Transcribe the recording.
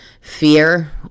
fear